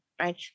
right